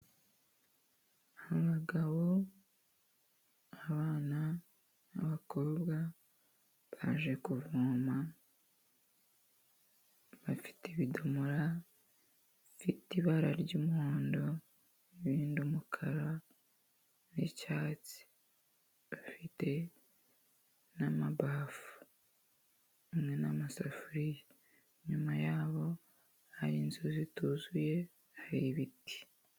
Abagabo, abana n'abakobwa baje kuvoma, bafite ibidomora bifite ibara ry'umuhondo ibindi umukara n'icyatsi bafite n'amabafu hamwe n'amasafuriya. Inyuma yabo hari inzu zituzuye, hari ibiti.